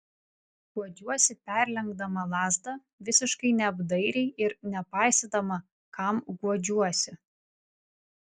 guodžiuosi perlenkdama lazdą visiškai neapdairiai ir nepaisydama kam guodžiuosi